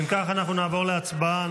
אם כך, נעבור להצבעה.